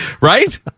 right